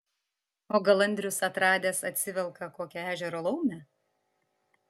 o gal andrius atradęs atsivelka kokią ežero laumę